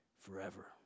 forever